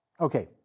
Okay